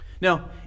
Now